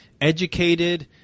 educated